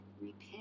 repent